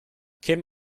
kim